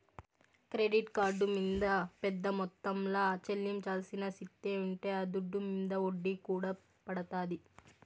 credit card మింద పెద్ద మొత్తంల చెల్లించాల్సిన స్తితే ఉంటే ఆ దుడ్డు మింద ఒడ్డీ కూడా పడతాది